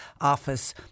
office